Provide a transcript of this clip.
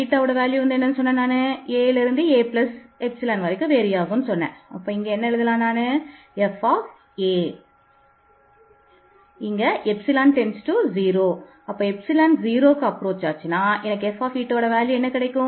ϵ→0 ஆக இருந்தால் ηa ஆக இருக்கும்